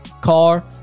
Car